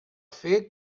fer